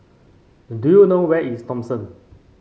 do you know where is Thomson